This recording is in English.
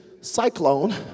cyclone